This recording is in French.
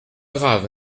grave